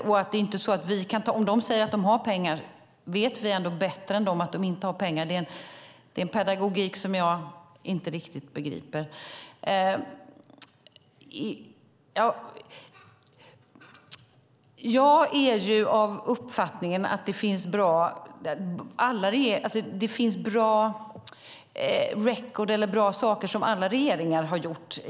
Om det är så att de säger att de har pengar och vi säger att vi ändå vet bättre än de är det en pedagogik som jag inte riktigt begriper. Jag är av uppfattningen att det finns en bra record och bra saker som alla regeringar har gjort.